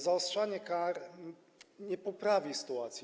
Zaostrzanie kar nie poprawi sytuacji.